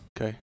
Okay